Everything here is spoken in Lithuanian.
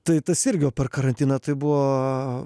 tai tasgal per karantiną tai buvo